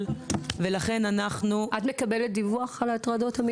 האישה ולשוויון מגדרי): << יור >> לא בטוח שתמיד,